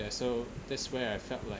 ya so that's where I felt like